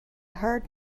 heard